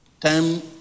time